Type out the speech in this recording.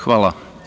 Hvala.